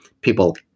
people